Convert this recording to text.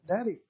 daddy